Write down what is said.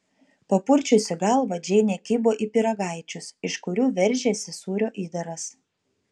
papurčiusi galvą džeinė kibo į pyragaičius iš kurių veržėsi sūrio įdaras